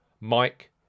Mike